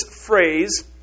phrase